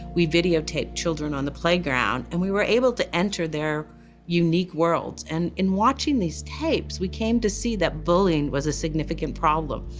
we videotaped children on the playground, and we were able to enter their unique worlds. and in watching these tapes, we came to see that bullying was a significant problem.